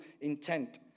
intent